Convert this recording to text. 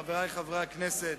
חברי חברי הכנסת,